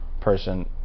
person